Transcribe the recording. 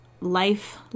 Life